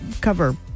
cover